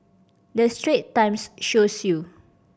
the Straits Times shows you